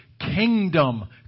kingdom